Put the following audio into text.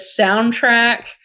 soundtrack